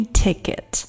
ticket